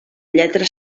lletra